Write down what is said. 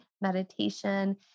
meditation